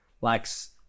likes